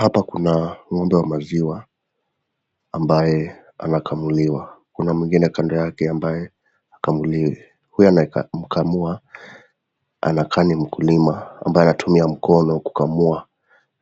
Hapa kuna ngombe wa maziwa ambaye anakamuliwa. Kuna mwingine kando yake ambaye hakamuliwi. Huyo anayekamua anakaa ni mkulima ambaye anatumia mkono kukamua